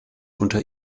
unter